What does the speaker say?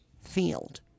field